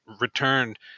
returned